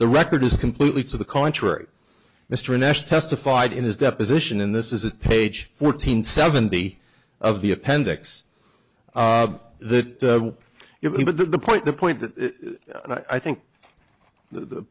the record is completely to the contrary mr nash testified in his deposition in this is a page fourteen seventy of the appendix the if he but the point the point that i think the